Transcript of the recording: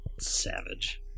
Savage